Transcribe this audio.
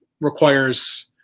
requires